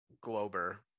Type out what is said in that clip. Glober